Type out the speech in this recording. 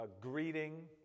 greeting